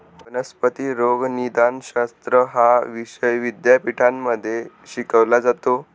वनस्पती रोगनिदानशास्त्र हा विषय विद्यापीठांमध्ये शिकवला जातो